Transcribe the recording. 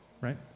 right